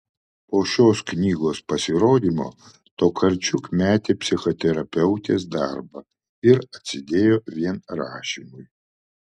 po šios knygos pasirodymo tokarčuk metė psichoterapeutės darbą ir atsidėjo vien rašymui